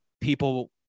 people